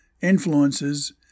influences